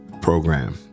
program